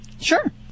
Sure